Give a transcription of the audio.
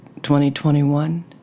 2021